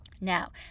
Now